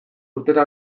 urtera